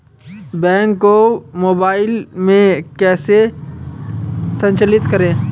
Bank को mobile में कैसे संचालित करें?